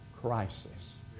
crisis